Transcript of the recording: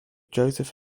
joseph